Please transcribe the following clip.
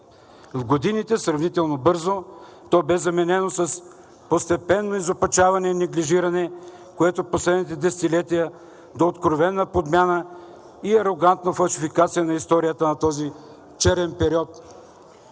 В годините сравнително бързо то бе заменено с постепенно изопачаване и неглижиране, което впоследствие достигна до откровена подмяна и арогантна фалшификация на историята на този черен период.